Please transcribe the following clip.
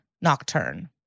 nocturne